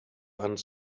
wand